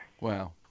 Wow